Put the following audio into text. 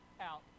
out